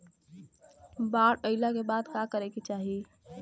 बाढ़ आइला के बाद का करे के चाही?